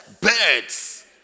Birds